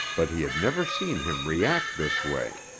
but he had never seen him react this way.